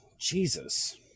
Jesus